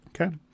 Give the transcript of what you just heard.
Okay